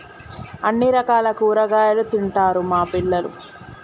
అన్ని రకాల కూరగాయలు తింటారు మా పిల్లలు